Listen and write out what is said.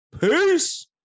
peace